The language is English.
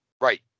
Right